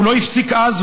הוא לא הפסיק אז,